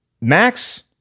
Max